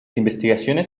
investigaciones